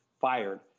fired